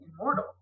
immortal